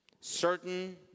certain